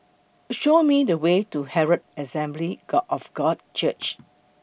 Show Me The Way to Herald Assembly God of God Church